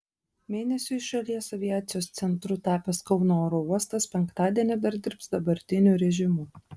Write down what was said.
mėnesiui šalies aviacijos centru tapęs kauno oro uostas penktadienį dar dirbs dabartiniu režimu